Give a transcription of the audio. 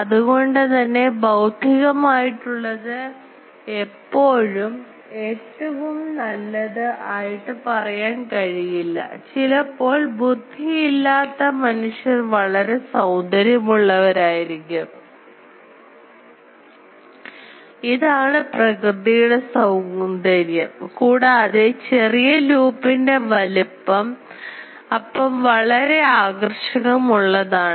അതുകൊണ്ട്തന്നെ ബൌദ്ധികം ആയിട്ടുള്ളത് എപ്പോഴും ഏറ്റവും നല്ലത് ആയിട്ട് പറയാൻ കഴിയില്ല ചിലപ്പോൾ ബുദ്ധി ഇല്ലാത്ത മനുഷ്യർ വളരെ സൌന്ദര്യം ഉള്ളവരായിരിക്കും ഇതാണ് പ്രകൃതിയുടെ സൌന്ദര്യം കൂടാതെ ചെറിയ ലൂപ്പ്ൻറെ വലുപ്പം അപ്പം വളരെ ആകർഷകം ഉള്ളതാണ്